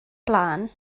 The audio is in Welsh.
blaen